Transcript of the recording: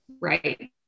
Right